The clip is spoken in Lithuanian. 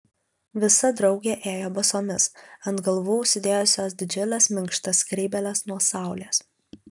visa draugė ėjo basomis ant galvų užsidėjusios didžiules minkštas skrybėles nuo saulės